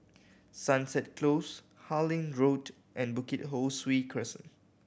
Sunset Close Harlyn Road and Bukit Ho Swee Crescent